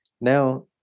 Now